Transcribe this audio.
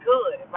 good